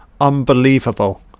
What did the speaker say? Unbelievable